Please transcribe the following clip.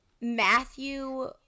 Matthew